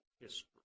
history